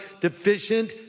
deficient